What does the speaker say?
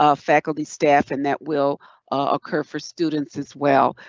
ah faculty staff, and that will occur for students as well.